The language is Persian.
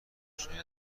آشنایی